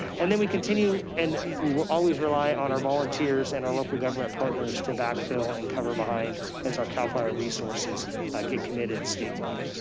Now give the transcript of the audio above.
and then we continue and we're always rely on our volunteers and our local government partners to backfill and cover behind as our cal fire resources ah get committed statewide.